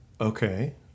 Okay